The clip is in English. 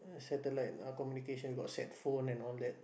ah satellite uh communication got sat phone and all that